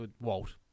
Walt